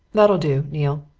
that'll do, neale.